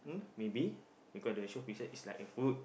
maybe because the show pieces is like a food